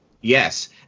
yes